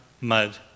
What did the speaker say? mud